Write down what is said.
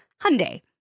Hyundai